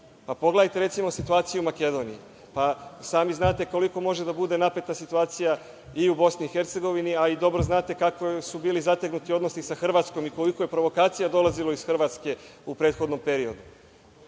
uslovima. Pogledajte situaciju u Makedoniji, pa sami znate koliko može da bude napeta situacija i u BiH, a i dobro znate kako su bili zategnuti odnosi sa Hrvatskom i koliko je provokacija dolazilo iz Hrvatske u prethodnom periodu.